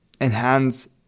enhance